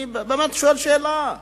אני באמת שואל שאלה.